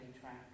track